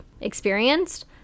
experienced